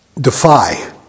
defy